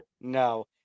No